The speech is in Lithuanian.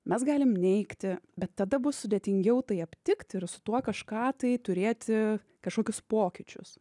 mes galim neigti bet tada bus sudėtingiau tai aptikti ir su tuo kažką tai turėti kažkokius pokyčius